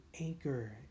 anchor